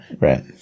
Right